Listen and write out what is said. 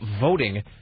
voting